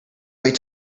wait